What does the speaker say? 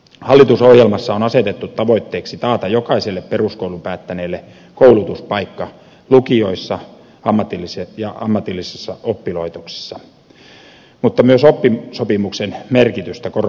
hallitusohjelmassa on asetettu tavoitteeksi taata jokaiselle peruskoulun päättäneelle koulutuspaikka lukiossa tai ammatillisessa oppilaitoksessa mutta myös oppisopimuskoulutuksen merkitystä korostetaan